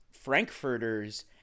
frankfurters